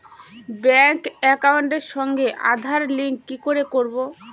Bank একাউন্টের সঙ্গে Aadhaar link কি করে করবো?